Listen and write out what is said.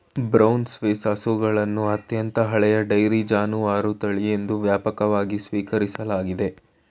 brown Swiss ಹಸುಗಳನ್ನು ಅತ್ಯಂತ ಹಳೆಯ ಡೈರಿ ಜಾನುವಾರು ತಳಿ ಎಂದು ವ್ಯಾಪಕವಾಗಿ ಸ್ವೀಕರಿಸಲಾಗಿದೆ